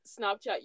Snapchat